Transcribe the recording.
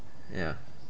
ya